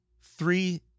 Three